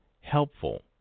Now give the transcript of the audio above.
helpful